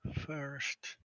first